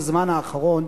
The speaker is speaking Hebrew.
בזמן האחרון,